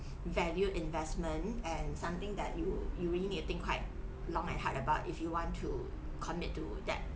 value investment and something that you you really need to think quite long and hard about if you want to commit to that